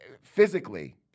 physically